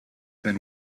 been